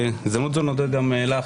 בהזדמנות זו אני מודה גם לך,